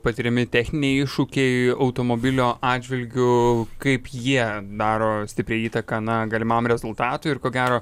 patiriami techniniai iššūkiai automobilio atžvilgiu kaip jie daro stiprią įtaką na galimam rezultatui ir ko gero